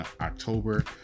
October